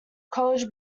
college